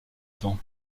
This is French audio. temps